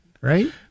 right